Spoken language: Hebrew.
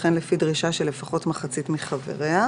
וכן לפי דרישה של לפחות מחצית מחבריה.